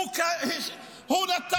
הוא צודק.